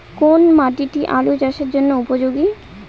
কোন মাটি আলু চাষের জন্যে উপযোগী?